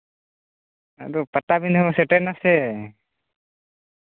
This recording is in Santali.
ᱟᱫᱚ ᱯᱟᱴᱟᱵᱤᱱᱫᱟᱹ ᱢᱟ ᱥᱮᱴᱮᱨ ᱱᱟᱥᱮ